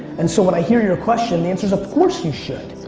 and so when i hear your question the answer is of course you should.